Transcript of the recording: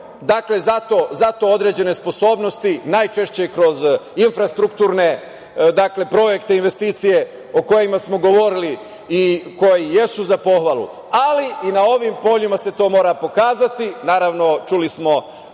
zato određene sposobnosti, najčešće kroz infrastrukturne projekte, investicije o kojima smo govorili i koje jesu za pohvalu, ali i na ovim poljima se to mora pokazati. Naravno, čuli smo